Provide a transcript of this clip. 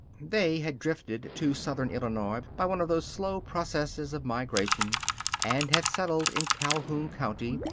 they had drifted to southern illinois by one of those slow processes of migration and had settled in calhoun county,